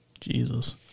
Jesus